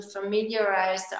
familiarize